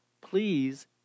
please